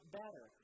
better